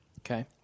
Okay